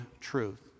truth